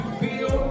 feel